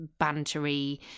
bantery